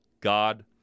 God